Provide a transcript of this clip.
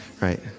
right